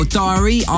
diary